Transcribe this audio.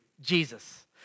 Jesus